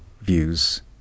views